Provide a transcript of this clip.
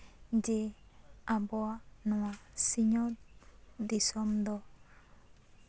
ᱡᱮ ᱟᱵᱚᱣᱟᱜ ᱱᱚᱣᱟ ᱥᱤᱧᱚᱛ ᱫᱤᱥᱚᱢ ᱫᱚ